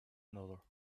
another